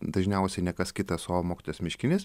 dažniausiai ne kas kitas o mokytojas miškinis